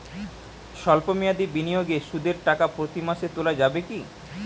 সল্প মেয়াদি বিনিয়োগে সুদের টাকা প্রতি মাসে তোলা যাবে কি?